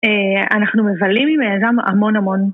אנחנו מבלים אגב המון המון.